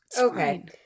Okay